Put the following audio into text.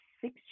Six